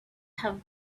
have